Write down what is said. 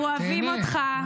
שמואל, אנחנו אוהבים אותך.